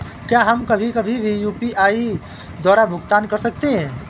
क्या हम कभी कभी भी यू.पी.आई द्वारा भुगतान कर सकते हैं?